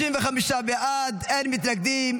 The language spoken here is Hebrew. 35 בעד, אין מתנגדים.